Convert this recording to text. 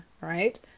right